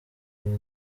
uri